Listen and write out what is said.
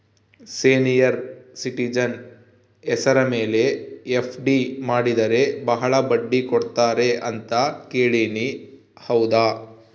Senior citizen ಹೆಸರ ಮೇಲೆ FD ಮಾಡಿದರೆ ಬಹಳ ಬಡ್ಡಿ ಕೊಡ್ತಾರೆ ಅಂತಾ ಕೇಳಿನಿ ಹೌದಾ?